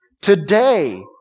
Today